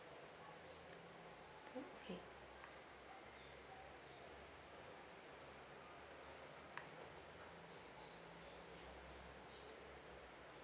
okay